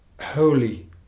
holy